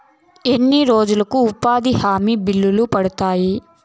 ఎన్ని రోజులకు ఉపాధి హామీ బిల్లులు పడతాయి?